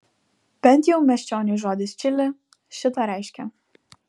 bent jau miesčioniui žodis čili šį tą reiškia